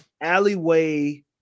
alleyway